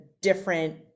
different